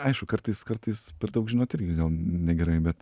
aišku kartais kartais per daug žinot irgi gal negerai bet